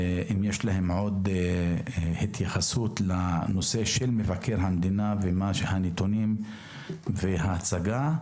אם יש להם עוד התייחסות לדוח מבקר המדינה ולנתונים ולהצגה.